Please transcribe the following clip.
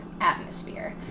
atmosphere